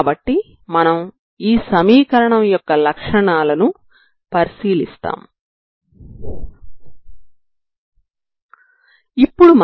కాబట్టి మనం ఈ సమీకరణం యొక్క లక్షణాలను పరిశీలిస్తాము సరేనా